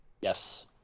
Yes